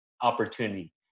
opportunity